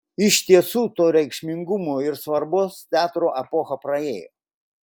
iš tiesų to reikšmingumo ir svarbos teatro epocha praėjo